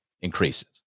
increases